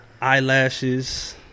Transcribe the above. eyelashes